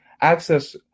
access